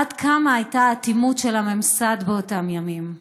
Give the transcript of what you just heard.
עד כמה הייתה האטימות של הממסד באותם ימים,